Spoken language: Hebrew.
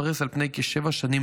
שתתפרס על פני כשבע שנים,